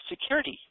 security